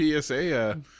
PSA